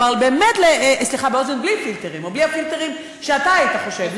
או בלי הפילטרים שאתה היית חושב,